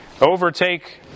overtake